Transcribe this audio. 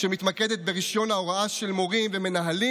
שמתמקדת ברישיון ההוראה של מורים ומנהלים